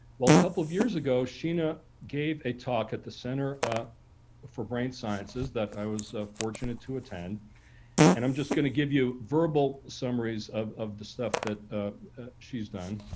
well, a couple of years ago, sheena gave a talk at the center ah for brain sciences that i was fortunate to attend. danielschacter and i'm just going to give you verbal summaries of of the stuff that she's done